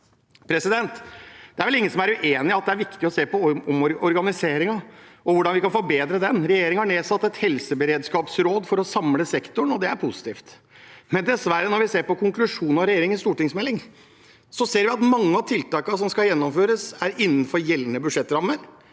helsesektoren. Det er vel ingen som er uenig i at det er viktig å se på organiseringen og hvordan vi kan forbedre den. Regjeringen har nedsatt et helseberedskapsråd for å samle sektoren, og det er positivt. Når vi ser på konklusjonene i regjeringens stortingsmelding, ser vi dessverre at mange av tiltakene som skal gjennomføres, er innenfor gjeldende budsjettrammer.